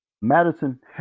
Madison